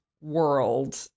world